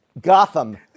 Gotham